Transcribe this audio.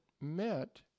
met